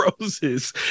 Roses